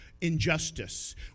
injustice